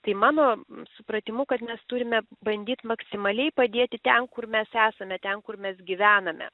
tai mano supratimu kad mes turime bandyt maksimaliai padėti ten kur mes esame ten kur mes gyvename